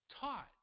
taught